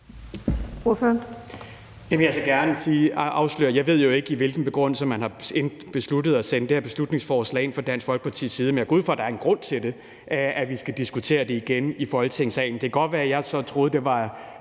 Jeg skal gerne afsløre, at jeg jo ikke ved, med hvilken begrundelse man har besluttet at fremsætte det her beslutningsforslag fra Dansk Folkepartis side, men jeg går ud fra, at der er en grund til, at vi skal diskutere det igen i Folketingssalen. Det kan godt være, at jeg så troede, at det var